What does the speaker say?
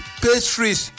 pastries